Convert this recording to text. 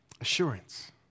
Assurance